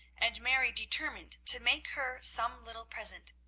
and mary determined to make her some little present.